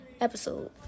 episode